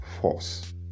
force